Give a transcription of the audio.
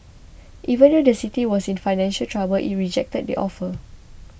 even though the city was in financial trouble it rejected the offer